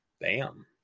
Bam